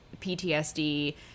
ptsd